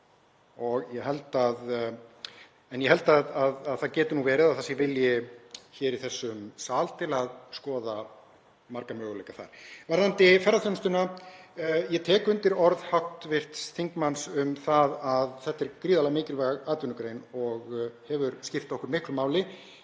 á. Ég held að það geti nú verið að það sé vilji hér í þessum sal til að skoða marga möguleika þar. Varðandi ferðaþjónustuna þá tek ég undir orð hv. þingmanns að þetta er gríðarlega mikilvæg atvinnugrein og hefur skipt okkur miklu máli.